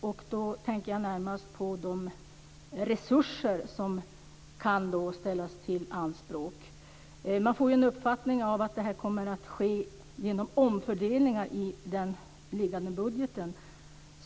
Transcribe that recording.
Jag tänker då närmast på de resurser som kan ställas till förfogande. Man får uppfattningen att det här kommer att ske genom omfördelningar i nu liggande budget.